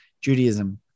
Judaism